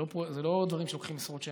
אלו לא דברים שלוקחים עשרות שנים.